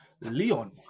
Leon